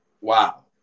Wow